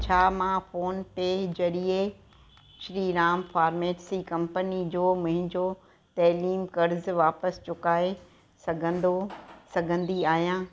छा मां फ़ोन पे ज़रिए श्रीराम फ़ार्मेसी कंपनी जो मुंहिंजो तइलीम क़र्ज़ु वापसि चुकाए सघंदो सघंदी आहियां